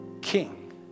King